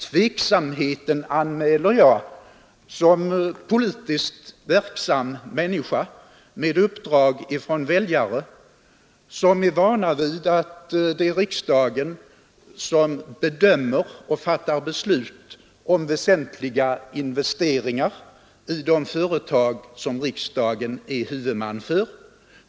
Tveksamheten anmäler jag som politiskt verksam med uppdrag från väljare, som är vana vid att det är riksdagen som bedömer och fattar beslut om väsentliga investeringar i de företag som riksdagen är huvudman för.